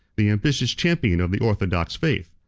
the ambitious champion of the orthodox faith.